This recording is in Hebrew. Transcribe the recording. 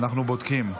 אנחנו בודקים.